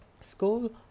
school